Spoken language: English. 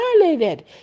violated